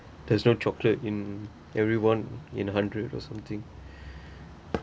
there is no chocolate in every one in a hundred or something